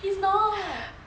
is not